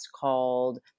called